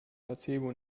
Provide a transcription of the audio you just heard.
placebo